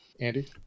Andy